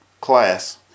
class